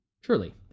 Surely